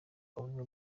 ubumwe